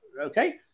Okay